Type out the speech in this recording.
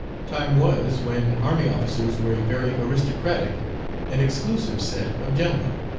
time was when army officers were a very aristocratic and exclusive set of gentlemen,